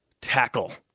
tackle